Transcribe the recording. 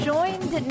Joined